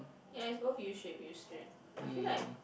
ya is both U shape U shape I feel like